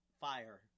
fire